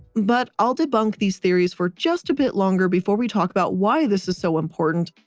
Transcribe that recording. but i'll debunk these theories for just a bit longer before we talk about why this is so important.